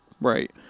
right